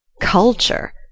Culture